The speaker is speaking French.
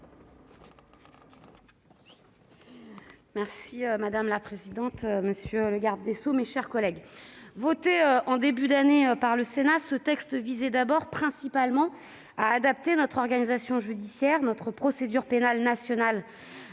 Madame la présidente, monsieur le garde des sceaux, mes chers collègues, voté en début d'année par le Sénat, ce texte visait d'abord principalement à adapter notre organisation judiciaire et notre procédure pénale nationales